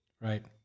Right